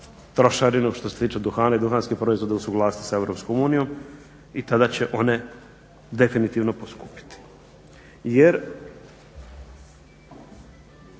trošarine što se tiče duhana i duhanskih proizvoda usuglasiti s Europskom unijom i tada će one definitivno poskupjeti jer